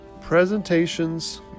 presentations